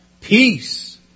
peace